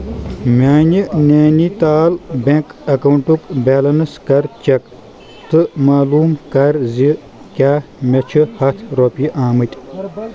میانہِ نینِتال بیٚنٛک اکاونٹُک بیلنس کَر چیک تہٕ معلوٗم کَر زِ کیٛاہ مےٚ چھِ ہتھ رۄپیہِ آمٕتۍ